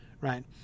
right